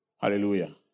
Hallelujah